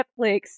Netflix